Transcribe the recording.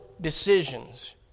decisions